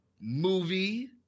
movie